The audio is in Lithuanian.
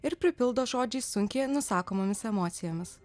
ir pripildo žodžiais sunkiai nusakomomis emocijomis